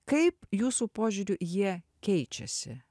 kaip jūsų požiūriu jie keičiasi